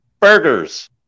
burgers